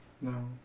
No